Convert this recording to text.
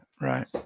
Right